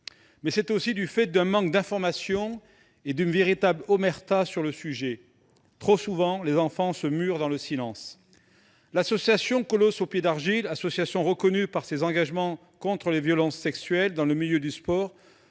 Mais elle vient aussi d'un manque d'information et d'une véritable omerta sur le sujet. Trop souvent, les enfants se murent dans le silence. L'association Colosse aux pieds d'argile, reconnue pour ses engagements contre les violences sexuelles dans le milieu du sport,